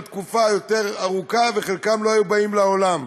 תקופה יותר ארוכה וחלקם לא היו באים לעולם.